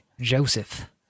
Joseph